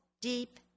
deep